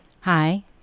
Hi